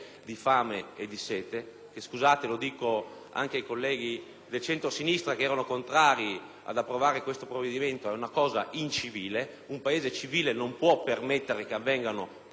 - e scusate se lo dico anche ai colleghi del centrosinistra che erano contrari ad approvare questo provvedimento - perché un Paese civile non può permettere che avvengano simili cose, quando